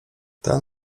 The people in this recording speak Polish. ten